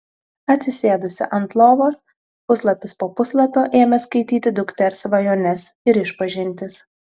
atsisėdusi ant lovos puslapis po puslapio ėmė skaityti dukters svajones ir išpažintis